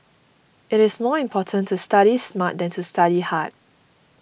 it is more important to study smart than to study hard